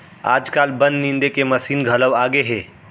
आजकाल बन निंदे के मसीन घलौ आगे हे